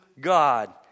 God